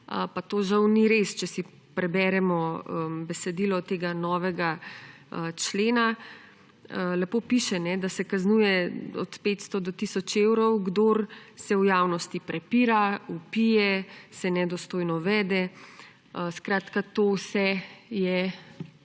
pa to žal ni res. Če si preberemo besedilo tega novega člena, lepo piše, da se kaznuje od 500 do tisoč evrov, kdor se v javnosti prepira, vpije, se nedostojno vede; skratka, to vse je